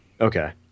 Okay